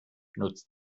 nutzt